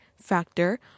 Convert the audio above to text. factor